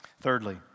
Thirdly